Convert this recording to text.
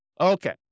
Okay